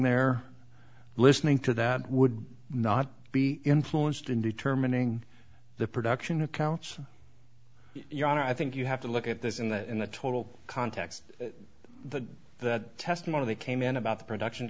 there listening to that would not be influenced in determining the production accounts yeah and i think you have to look at this in that in the total context the that testimony came in about the production